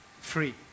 Free